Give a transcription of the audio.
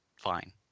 fine